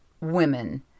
women